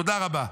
תודה רבה.